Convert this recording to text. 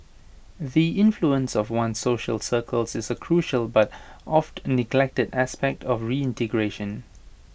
the influence of one's social circles is A crucial but oft neglected aspect of reintegration